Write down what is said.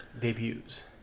debuts